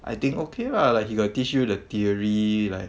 I think okay lah like he got teach you the theory like